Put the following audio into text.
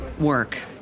work